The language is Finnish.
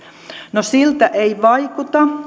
no siltä ei vaikuta